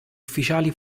ufficiali